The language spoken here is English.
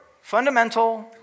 fundamental